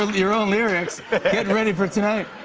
um your own lyrics, getting ready for tonight.